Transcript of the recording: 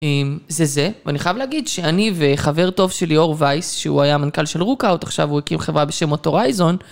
זה זה ואני חייב להגיד שאני וחבר טוב שלי אור וייס שהוא היה מנכל של רוקאוט עכשיו הוא הקים חברה בשם מוטו רייזון